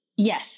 Yes